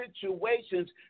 situations